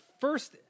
first